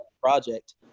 project